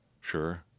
sure